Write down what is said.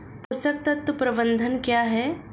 पोषक तत्व प्रबंधन क्या है?